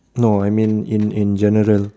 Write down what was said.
no I mean in in in general